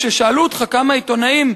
כששאלו אותך כמה עיתונאים,